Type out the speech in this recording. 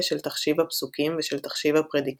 של תחשיב הפסוקים ושל תחשיב הפרדיקטים,